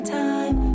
time